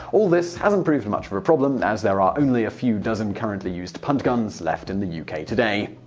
all this hasn't proved much of a problem as there are only a few dozen currently used punt guns left in the u k. today.